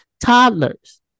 toddlers